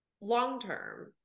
long-term